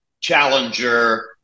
challenger